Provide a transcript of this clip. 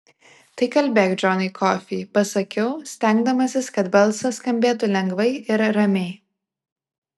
tai kalbėk džonai kofį pasakiau stengdamasis kad balsas skambėtų lengvai ir ramiai